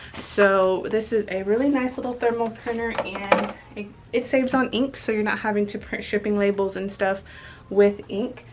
so this is a really nice little thermal printer, and it saves on ink. so you're not having to print shipping labels and stuff with ink.